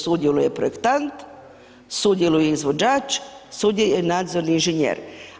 Sudjeluje projektant, sudjeluje izvođač, sudjeluje nadzorni inženjer.